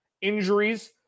Injuries